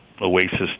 oasis